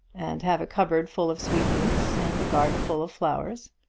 and have a cupboard full of sweetmeats and a garden full of flowers.